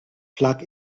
plug